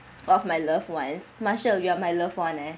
of my loved ones marshall you are my loved one leh